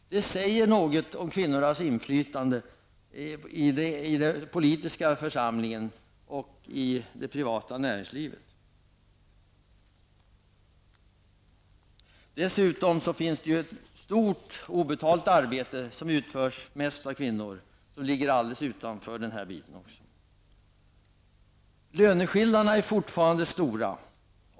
Detta säger något om kvinnornas inflytande i den politiska församlingen och i det privata näringslivet. Dessutom utförs ett stort obetalt arbete av kvinnor. Även detta ligger vid sidan av det hela. Löneskillnaderna är fortfarande stora.